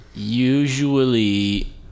usually